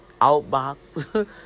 Outbox